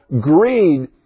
Greed